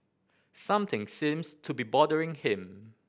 something seems to be bothering him